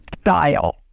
Style